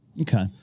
Okay